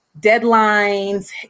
deadlines